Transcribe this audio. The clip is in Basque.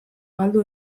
galdu